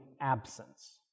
absence